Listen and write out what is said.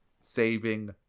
saving